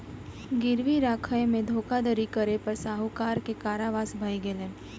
गिरवी राखय में धोखाधड़ी करै पर साहूकार के कारावास भ गेलैन